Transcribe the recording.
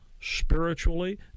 spiritually